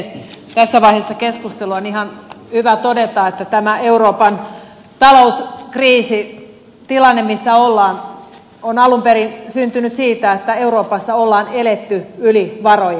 tässä vaiheessa keskustelua on ihan hyvä todeta että tämä euroopan talouskriisitilanne missä ollaan on alun perin syntynyt siitä että euroopassa on eletty yli varojen